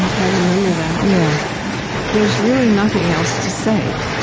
and i remember that. yeah there's really nothing else to say.